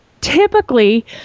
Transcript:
typically